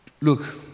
Look